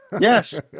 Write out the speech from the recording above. Yes